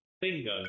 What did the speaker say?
Bingo